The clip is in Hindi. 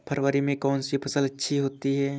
फरवरी में कौन सी फ़सल अच्छी होती है?